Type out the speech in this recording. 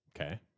Okay